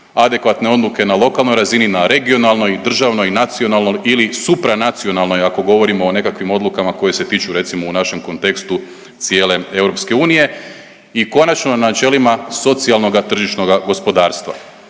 adekvatne odluke na lokalnoj razini, na regionalnoj, državnoj, nacionalnoj ili supranacionalnoj ako govorimo o nekakvim odlukama koje se tiču recimo u našem kontekstu cijele EU i konačno na načelima socijalnoga tržišnoga gospodarstva.